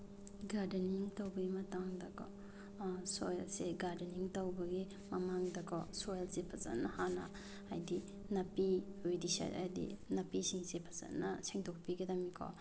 gardening ꯇꯧꯕꯒꯤ ꯃꯇꯥꯡꯗꯀꯣ gardening ꯇꯧꯕꯒꯤ ꯃꯃꯥꯡꯗꯀꯣ ꯁꯣꯏꯜꯁꯦ ꯐꯖꯅ ꯍꯥꯟꯅ ꯍꯥꯏꯗꯤ ꯅꯥꯄꯤ ꯋꯤꯗꯤꯁꯥꯏꯠ ꯍꯥꯏꯗꯤ ꯅꯥꯄꯤꯁꯤꯡꯁꯦ ꯐꯖꯅ ꯁꯦꯡꯗꯣꯛꯄꯤꯒꯗꯝꯅꯤꯀꯣ